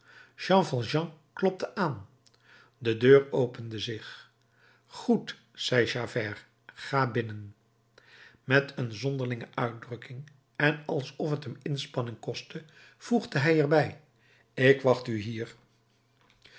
jean valjean klopte aan de deur opende zich goed zei javert ga binnen met een zonderlinge uitdrukking en alsof t hem inspanning kostte voegde hij er bij ik wacht u hier